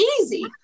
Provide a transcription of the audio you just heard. easy